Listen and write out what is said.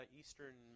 eastern